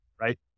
right